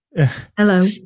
hello